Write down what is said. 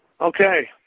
Okay